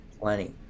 Plenty